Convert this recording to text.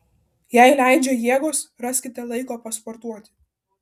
jei leidžia jėgos raskite laiko pasportuoti